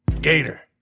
Gator